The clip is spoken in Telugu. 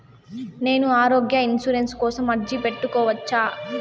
నేను ఆరోగ్య ఇన్సూరెన్సు కోసం అర్జీ పెట్టుకోవచ్చా?